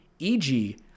EG